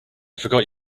forgot